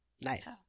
nice